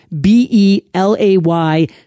b-e-l-a-y